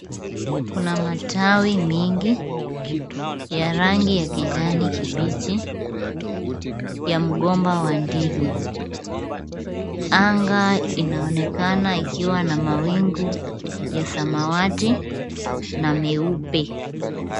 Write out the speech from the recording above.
Kuna matawi mingi ya rangi ya kijani kibichi, ya mgomba wa ndizi. Anga inaonekana ikiwa na mawingu ya samawati na meupe.